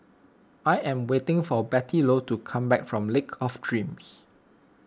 I am waiting for Bettylou to come back from Lake of Dreams